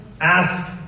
ask